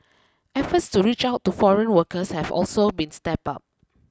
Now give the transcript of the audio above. efforts to reach out to foreign workers have also been stepped up